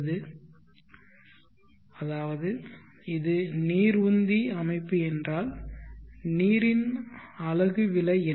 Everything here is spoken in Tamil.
அலகு செலவு அதாவது இது நீர் உந்தி அமைப்பு என்றால் நீரின் அலகு விலை என்ன